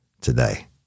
today